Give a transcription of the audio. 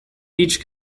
each